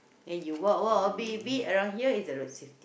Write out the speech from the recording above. then you walk walk a bit a bit around here is the road safety